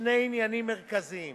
שני עניינים מרכזיים: